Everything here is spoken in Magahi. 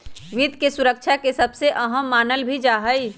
वित्त के सुरक्षा के सबसे अहम मानल भी जा हई